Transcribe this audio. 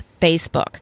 Facebook